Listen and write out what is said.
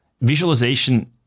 Visualization